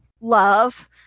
love